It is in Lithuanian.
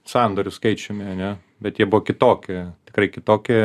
sandorių skaičiumi ane bet jie buvo kitokie tikrai kitokie